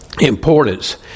importance